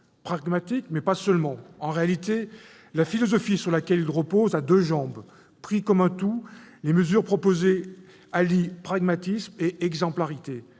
pragmatique, mais pas seulement. En réalité, la philosophie sur laquelle il repose a deux jambes : pris comme un tout, les mesures proposées allient pragmatisme et exemplarité.